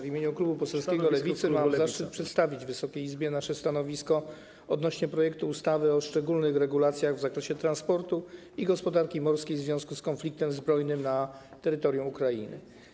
W imieniu klubu poselskiego Lewicy mamy zaszczyt przedstawić Wysokiej Izbie nasze stanowisko odnośnie do projektu ustawy o szczególnych regulacjach w zakresie transportu i gospodarki morskiej w związku z konfliktem zbrojnym na terytorium Ukrainy.